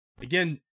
again